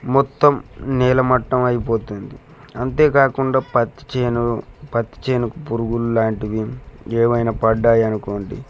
మొత్తం నేలమట్టం అయిపోతుంది అంతేకాకుండా పత్తి చేను పత్తి చేనుకు పురుగు లాంటివి ఏమైనా పడ్డాయి అనుకోండి